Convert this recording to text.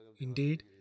Indeed